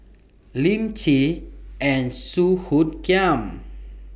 Lim Chee and Song Hoot Kiam